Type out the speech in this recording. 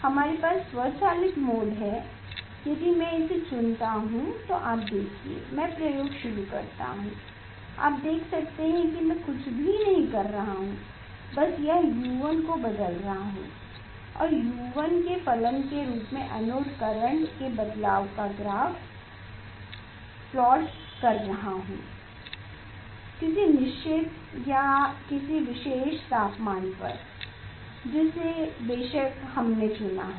हमारे पास स्वचालित मोड है यदि मैं इसे चुनता हूं तो आप देखिए मैं प्रयोग शुरू करता हूं आप देख सकते हैं कि मैं कुछ भी नहीं कर रहा हूं बस यह U1 को बदल रहा है और U1 के फलन के रूप में एनोड करेंट के बदलाव को ग्राफ में प्लॉट कर रहा है किसी निश्चित या एक विशेष तापमान पर जिसे बेशक हमने चुना है